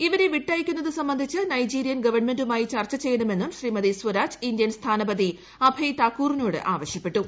ഇവരെ വിട്ടയയ്ക്കുന്നത് സംബന്ധിച്ച് നൈജിരിയൻ ഗവൺമെന്റുമായി ചർച്ച ചെയ്യണമെന്നും ശ്രീമതി സ്വരാജ് ഇന്ത്യൻ സ്ഥാനപതി അഭയ് താക്കൂറിനോട് ആവശ്യപ്പെട്ടു